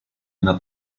una